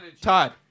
Todd